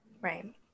Right